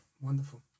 Wonderful